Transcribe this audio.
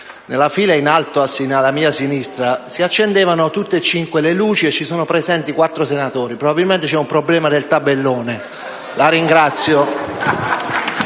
nella fila in alto alla mia sinistra, si accendevano tutte e cinque le luci, mentre sono presenti quattro senatori. Probabilmente vi è un problema nel tabellone. *(Applausi